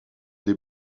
des